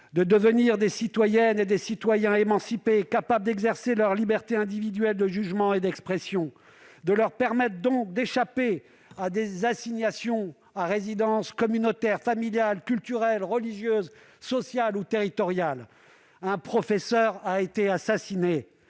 de devenir des citoyennes et des citoyens émancipés, capables d'exercer leur liberté individuelle de jugement et d'expression, c'est-à-dire de leur permettre d'échapper à des assignations à résidence communautaire, familiale, culturelle, religieuse, sociale ou territoriale. Un professeur a été assassiné.